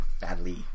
Badly